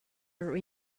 are